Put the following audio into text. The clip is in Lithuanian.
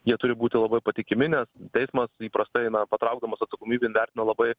jie turi būti labai patikimi nes teismas įprastai patraukdamas atsakomybėn vertina labai